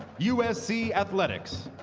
usc athletics,